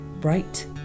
Bright